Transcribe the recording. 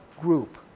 group